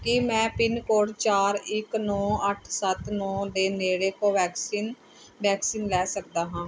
ਕੀ ਮੈਂ pin code ਚਾਰ ਇੱਕ ਨੌਂ ਅੱਠ ਸੱਤ ਨੋਂ ਦੇ ਨੇੜੇ ਕੋਵੈਕਸਿਨ ਵੈਕਸੀਨ ਲੈ ਸਕਦਾ ਹਾਂ